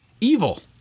Evil